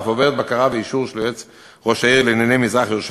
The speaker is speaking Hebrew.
ואף עוברת בקרה ואישור של יועץ ראש העיר לענייני מזרח-ירושלים.